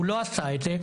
הוא לא עשה את זה.